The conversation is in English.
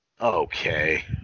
Okay